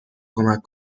کمک